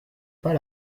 pas